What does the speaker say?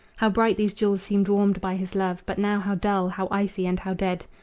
how bright these jewels seemed warmed by his love, but now how dull, how icy and how dead!